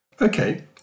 Okay